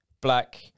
black